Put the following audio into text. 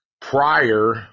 prior